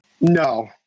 No